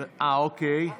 אה, אוקיי,